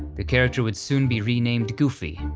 the character would soon be renamed goofy,